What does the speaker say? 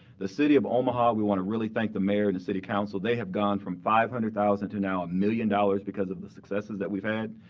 the city of omaha we want to really thank the mayor and the city council they have gone from five hundred thousand to now a million dollars because of the successes that we've had.